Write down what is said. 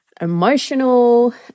emotional